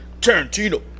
tarantino